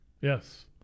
Yes